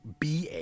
ba